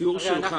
התיאור שלך